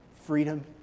Freedom